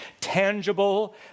Tangible